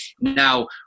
now